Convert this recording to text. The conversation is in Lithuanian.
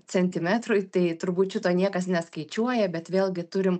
centimetrui tai turbūt šito niekas neskaičiuoja bet vėlgi turim